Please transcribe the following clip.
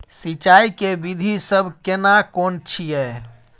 सिंचाई के विधी सब केना कोन छिये?